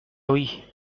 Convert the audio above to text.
oui